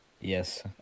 Yes